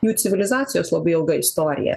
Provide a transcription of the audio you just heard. jų civilizacijos labai ilga istorija